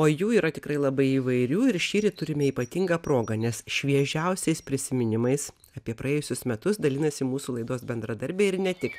o jų yra tikrai labai įvairių ir šįryt turime ypatingą progą nes šviežiausiais prisiminimais apie praėjusius metus dalinasi mūsų laidos bendradarbiai ir ne tik